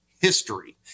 history